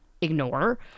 ignore